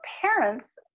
parents